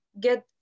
get